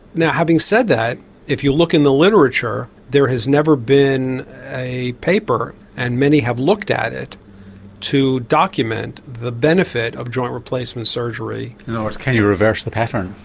now having said that if you look in the literature there has never been a paper and many have looked at it to document the benefit of joint replacement surgery can you reverse the pattern?